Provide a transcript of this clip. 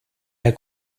der